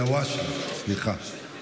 אלהואשלה, סליחה.